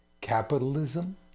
capitalism